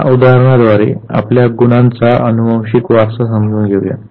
या उदाहरणाद्वारे आपल्या गुणांचा अनुवांशिक वारसा समजून घेऊ या